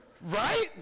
Right